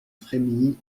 frémilly